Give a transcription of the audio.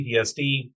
PTSD